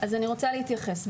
אני רוצה להתייחס.